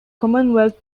commonwealth